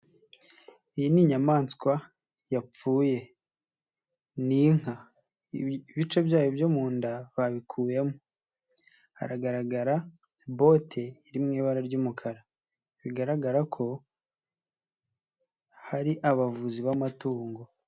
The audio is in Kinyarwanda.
Iyi ni inyamaswa yapfuye, ni inka, ibice byayo byo mu nda babikuyemo, haragaragara bote iri mu ibara ry'umukara, bigaragara ko hari abavuzi b'amatungo.